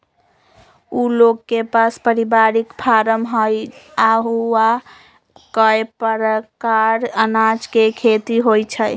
उ लोग के पास परिवारिक फारम हई आ ऊहा कए परकार अनाज के खेती होई छई